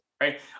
right